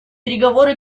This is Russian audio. переговоры